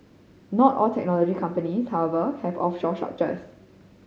not all technology companies however have offshore structures